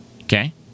Okay